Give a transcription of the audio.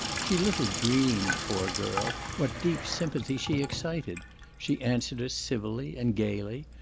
she little dreamed, poor girl, what deep sympathy she excited she answered us civilly and gaily,